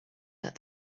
that